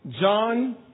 John